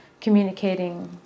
communicating